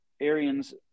Arians